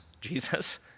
Jesus